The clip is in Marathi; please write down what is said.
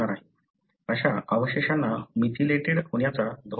अशा अवशेषांना मेथिलेटेड होण्याचा धोका जास्त असतो